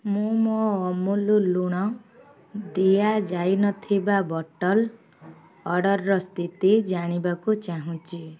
ମୁଁ ମୋ ଅମୁଲ ଲୁଣ ଦିଆଯାଇନଥିବା ବଟଲ୍ ଅର୍ଡ଼ର୍ର ସ୍ଥିତି ଜାଣିବାକୁ ଚାହୁଁଛି